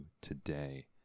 today